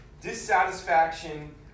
dissatisfaction